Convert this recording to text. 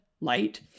light